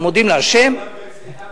אנחנו מודים לה' העולם בצניחה